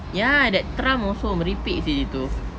ya that trump also merepek seh dia tu